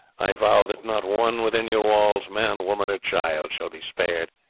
i vow that not one within your walls, man, woman, or child, shall be spared.